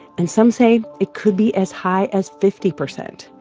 and some say it could be as high as fifty percent.